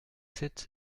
sept